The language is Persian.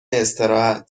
استراحت